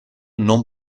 non